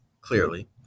clearly